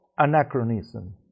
Anachronism